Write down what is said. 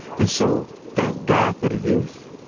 and so thank god for the youth.